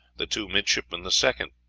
the two midshipmen the second.